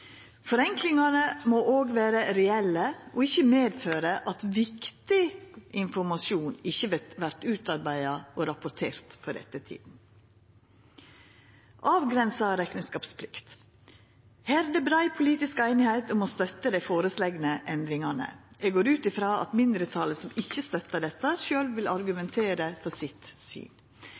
Forenklingane må òg vera reelle og ikkje medføra at viktig informasjon ikkje vert utarbeidd og rapportert for ettertida. Avgrensa rekneskapsplikt: Her er det brei politisk einigheit om å støtta dei føreslegne endringane. Eg går ut frå at mindretalet som ikkje støttar dette, sjølv vil argumentera for sitt syn.